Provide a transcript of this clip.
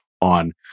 on